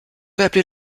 appeler